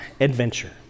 adventure